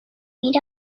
meet